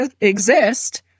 exist